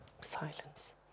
silence